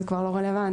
זה כבר לא רלוונטי.